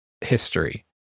history